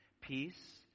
Peace